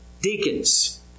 deacons